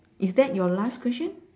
is that your last question